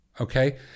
okay